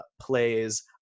plays